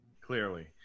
Clearly